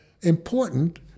important